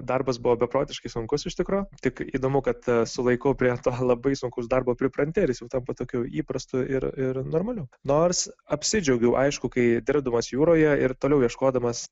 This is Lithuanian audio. darbas buvo beprotiškai sunkus iš tikro tik įdomu kad su laiku prie labai sunkaus darbo pripranti ir jis jau tampa tokių įprastų ir ir normalių nors apsidžiaugiau aišku kai dirbdamas jūroje ir toliau ieškodamas